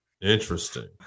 Interesting